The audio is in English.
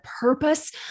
purpose